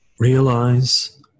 Realize